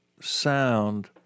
sound